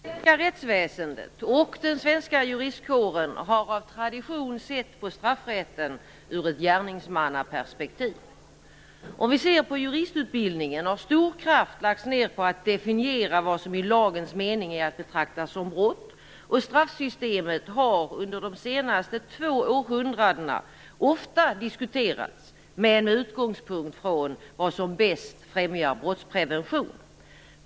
Herr talman! Det svenska rättsväsendet och den svenska juristkåren har av tradition sett på straffrätten ur ett gärningsmannaperspektiv. Om vi ser på juristutbildningen har stor kraft lagts ned på att definiera vad som i lagens mening är att betrakta som brott, och straffsystemet har under de senaste två århundradena ofta diskuterats med utgångspunkt från vad som bäst främjar brottsprevention.